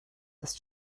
ist